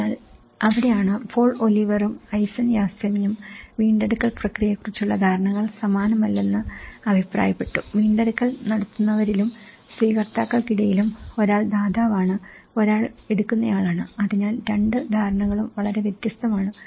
അതിനാൽ അവിടെയാണ് പോൾ ഒലിവറും ഐസൻ യാസെമിനും വീണ്ടെടുക്കൽ പ്രക്രിയയെക്കുറിച്ചുള്ള ധാരണകൾ സമാനമല്ലെന്ന് അവർ അഭിപ്രായപ്പെട്ടു വീണ്ടെടുക്കൽ നടത്തുന്നവരിലും സ്വീകർത്താക്കൾക്കിടയിലും ഒരാൾ ദാതാവാണ് ഒരാൾ എടുക്കുന്നയാളാണ് അതിനാൽ രണ്ട് ധാരണകളും വളരെ വ്യത്യസ്തമാണ്